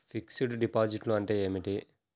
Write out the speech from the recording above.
Fixed డిపాజిట్లు అంటే ఏమిటి?